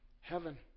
Heaven